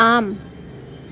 आम्